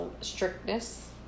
strictness